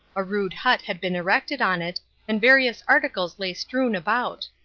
a rude hut had been erected on it and various articles lay strewn about.